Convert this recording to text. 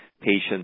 patients